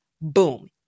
Boom